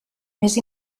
més